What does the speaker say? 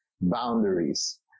boundaries